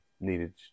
needed